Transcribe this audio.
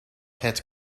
het